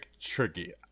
tricky